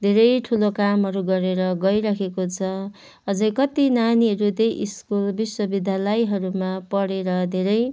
धेरै ठुलो कामहरू गरेर गइराखेको छ अझै कति नानीहरू त्यही स्कुल विश्वविद्यालयहरूमा पढेर धेरै